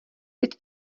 teď